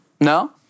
No